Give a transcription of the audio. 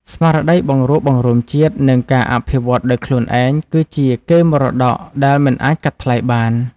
ស្មារតីបង្រួបបង្រួមជាតិ និងការអភិវឌ្ឍដោយខ្លួនឯង គឺជាកេរមរតកដែលមិនអាចកាត់ថ្លៃបាន។